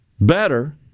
better